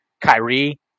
Kyrie